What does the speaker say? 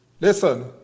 listen